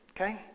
okay